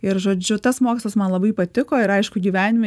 ir žodžiu tas mokslas man labai patiko ir aišku gyvenime